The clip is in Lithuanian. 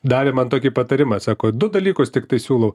davė man tokį patarimą sako du dalykus tiktai siūlau